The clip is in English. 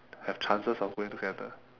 have chances of going together